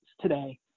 today